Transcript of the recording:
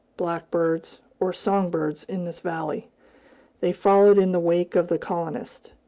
blackbirds, or song-birds in this valley they followed in the wake of the colonist.